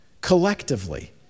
Collectively